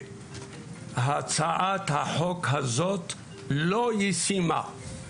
הצעת החוק הזאת לא ישימה.